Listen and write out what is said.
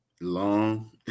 Long